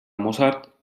mozart